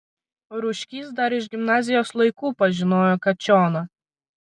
rūškys dar iš gimnazijos laikų pažinojo kačioną